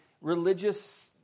religious